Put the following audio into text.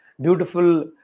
beautiful